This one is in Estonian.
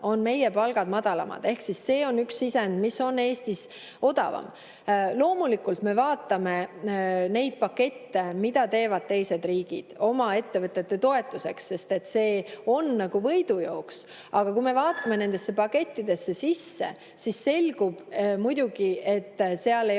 on meie palgad madalamad. Ehk see on üks sisend, mis on Eestis odavam. Loomulikult me vaatame neid pakette, mida teevad teised riigid oma ettevõtete toetuseks, sest see on nagu võidujooks. Aga kui me vaatame nendesse pakettidesse sisse, siis selgub muidugi, et seal ei